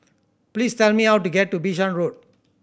please tell me how to get to Bishan Road